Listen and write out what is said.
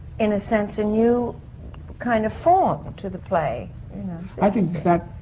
in a sense, a new kind of form to the play i think that